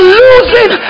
losing